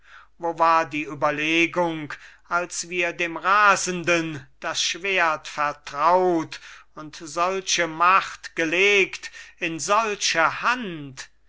wo war die überlegung als wir dem rasenden das schwert vertraut und solche macht gelegt in solche hand